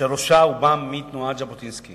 שראשה בא מתנועת ז'בוטינסקי